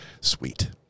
Sweet